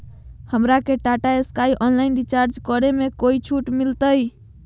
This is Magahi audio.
हमरा के टाटा स्काई ऑनलाइन रिचार्ज करे में कोई छूट मिलतई